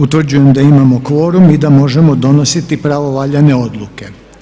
Utvrđujem da imamo kvorum i da možemo donositi pravovaljane odluke.